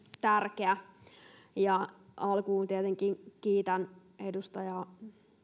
tärkeä alkuun tietenkin kiitän edustaja